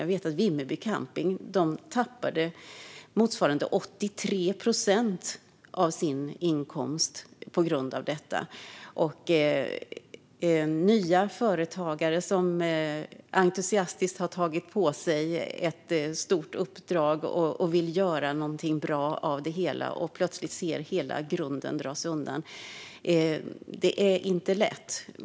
Jag vet att Vimmerby Camping tappade motsvarande 83 procent av sin inkomst på grund av detta. Det är inte lätt för nya företagare som entusiastiskt har tagit på sig ett stort uppdrag och vill göra något bra av det och plötsligt ser hela grunden dras undan.